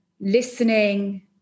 listening